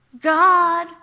God